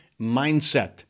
mindset